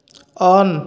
on